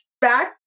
back